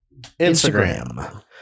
instagram